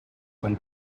when